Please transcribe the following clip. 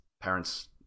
parents